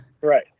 Right